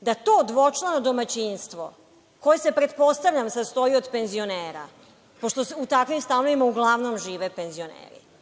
da to dvočlano domaćinstvo koje se pretpostavljam, sastoji od penzionera, pošto u takvim stanovima uglavnom žive penzioneri,